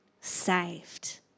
saved